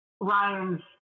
Ryan's